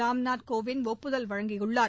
ராம்நாத் கோவிந்த் ஒப்புதல் அளித்துள்ளார்